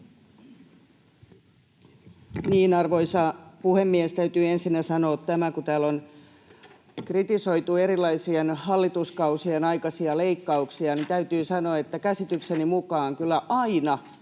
Arvoisa puhemies! Täytyy ensinnä sanoa, kun täällä on kritisoitu eri hallituskausien aikaisia leikkauksia, että käsitykseni mukaan kyllä aina,